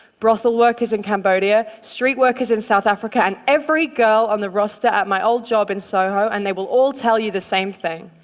brothel workers in cambodia, street workers in south africa and every girl on the roster at my old job in soho, and they will all tell you the same thing.